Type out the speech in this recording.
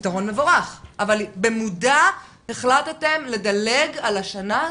פתרון מבורך, אבל במודע החלטתם לדלג על השנה הזאת?